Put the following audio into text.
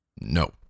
No